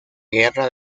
guerra